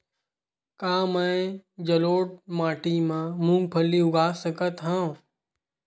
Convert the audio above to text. का मैं जलोढ़ माटी म मूंगफली उगा सकत हंव?